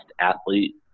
athlete